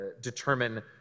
determine